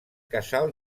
casal